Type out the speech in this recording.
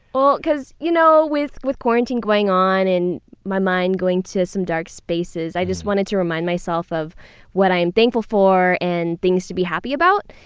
well, because you know with with quarantine going on and my mind going to some dark spaces, i just wanted to remind myself of what i'm thankful for and things to be happy about.